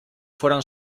fueron